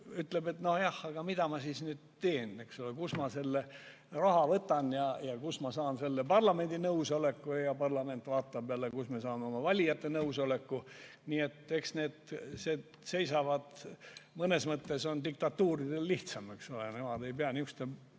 ütleb, et nojah, aga mida ma siis nüüd teen, eks ole, kust ma selle raha võtan ja kuidas ma saan parlamendi nõusoleku. Parlament vaatab jälle, et kuidas me saame oma valijate nõusoleku. Nii need asjad seisavad. Mõnes mõttes on diktatuuridel lihtsam, nemad ei pea niisuguste